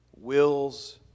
wills